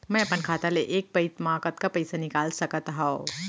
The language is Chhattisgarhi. मैं अपन खाता ले एक पइत मा कतका पइसा निकाल सकत हव?